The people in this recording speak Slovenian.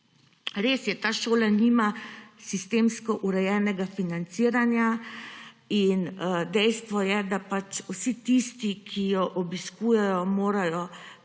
Res je, ta šola nima sistemsko urejenega financiranja in dejstvo je, da vsi tisti, ki jo obiskujejo, morajo plačati,